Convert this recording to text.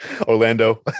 Orlando